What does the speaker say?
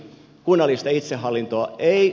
kunnallista itsehallintoa ei